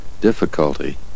difficulty